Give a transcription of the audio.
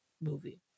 movie